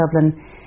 Dublin